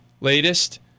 latest